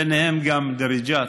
וביניהם גם דריג'את,